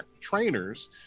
Trainers